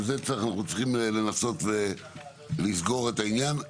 ואת זה אנחנו צריכים לנסות ולסגור את העניין,